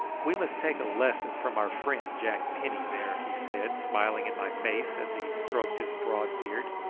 we must take a lesson from our friend jack penny, there, he said, smiling in my face as he stroked his broad beard.